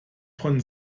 von